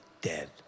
dead